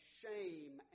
shame